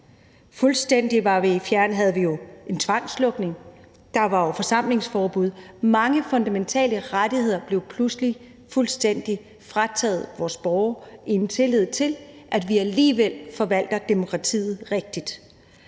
fuldstændig. Vi havde jo en tvangslukning. Der var jo forsamlingsforbud, og mange fundamentale rettigheder blev pludselig fuldstændig frataget vores borgere i en tillid til, at vi alligevel forvalter demokratiet rigtigt.